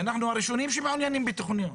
ואנחנו הראשונים שמעוניינים בתכנון.